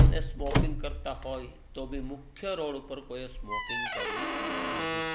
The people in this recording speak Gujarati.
અને સ્મોકીંગ કરતાં હોય તો બી મુખ્ય રોડ પર કોઈએ સ્મોકીંગ કરવું નહીં